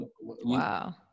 Wow